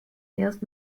erst